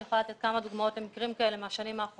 אני יכולה לתת כמה דוגמאות למקרים כאלה מהשנים האחרונות.